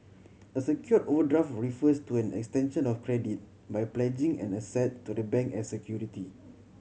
a secured overdraft refers to an extension of credit by pledging an asset to the bank as security